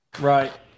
right